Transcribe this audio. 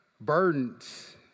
burdens